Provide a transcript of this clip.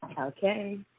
Okay